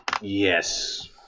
yes